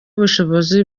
ubushobozi